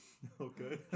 Okay